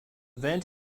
vent